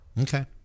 Okay